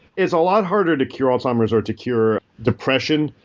it's a lot harder to cure alzheimer s or to cure depression.